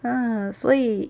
ah 所以